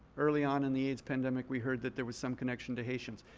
early on in the aids pandemic, we heard that there was some connection to haitians.